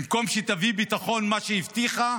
במקום שתביא ביטחון, מה שהבטיחה,